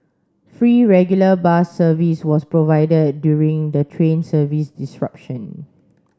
free regular bus service was provided during the train service disruption